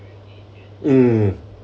mm